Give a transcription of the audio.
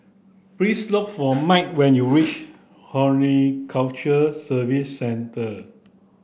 please look for Mike when you reach Horticulture Services Centre